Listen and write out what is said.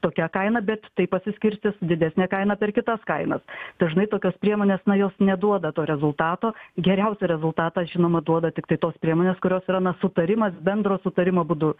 tokia kaina bet taip pasiskirstys didesnė kaina per kitas kainas dažnai tokios priemonės na jos neduoda to rezultato geriausią rezultatą žinoma duoda tiktai tos priemonės kurios yra na sutarimas bendro sutarimo būdu